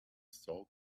salt